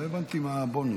לא הבנתי מה הבונוס.